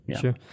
sure